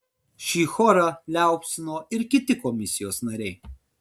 šį chorą liaupsino ir kiti komisijos nariai